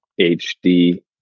hd